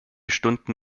stunden